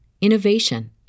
innovation